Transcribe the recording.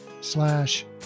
slash